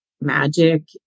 magic